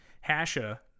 Hasha